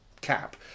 cap